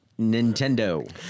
Nintendo